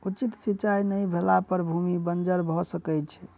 उचित सिचाई नै भेला पर भूमि बंजर भअ सकै छै